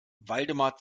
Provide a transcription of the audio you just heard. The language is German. waldemar